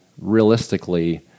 realistically